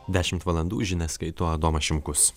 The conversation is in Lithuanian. dešimt valandų žinias skaito adomas šimkus